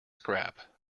scrap